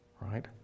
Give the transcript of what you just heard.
right